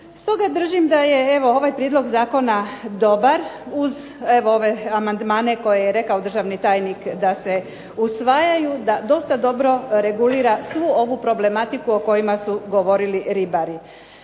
Stoga držim da je evo ovaj prijedlog zakona dobar, uz evo ove amandmane koje je rekao državni tajnik da se usvajaju, da dosta dobro regulira svu ovu problematiku o kojima su govorili ribari.